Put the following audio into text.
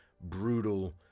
brutal